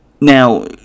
Now